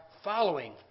Following